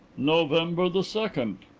november the second.